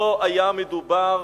לא היה מדובר